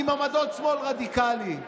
עם עמדות שמאל רדיקליות.